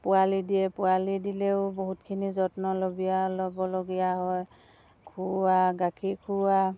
পোৱালি দিয়ে পোৱালি দিলেও বহুতখিনি যত্ন ল'বীয়া ল'বলগীয়া হয় খুওৱা গাখীৰ খুওৱা